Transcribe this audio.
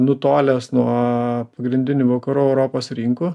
nutolęs nuo pagrindinių vakarų europos rinkų